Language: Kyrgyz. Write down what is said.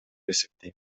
эсептейм